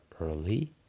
early